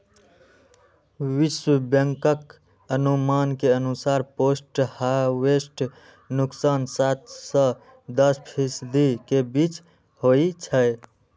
विश्व बैंकक अनुमान के अनुसार पोस्ट हार्वेस्ट नुकसान सात सं दस फीसदी के बीच होइ छै